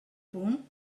punt